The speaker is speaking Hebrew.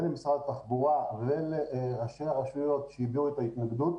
למשרד התחבורה ולראשי הרשויות שהביעו את ההתנגדות,